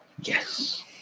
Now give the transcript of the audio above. yes